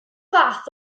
fath